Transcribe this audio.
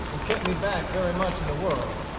and kept me back very much in the world.